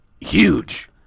Huge